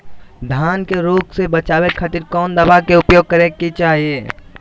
धान के रोग से बचावे खातिर कौन दवा के उपयोग करें कि चाहे?